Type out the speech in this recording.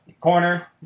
Corner